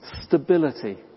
Stability